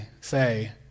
say